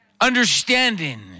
understanding